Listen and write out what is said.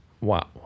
Wow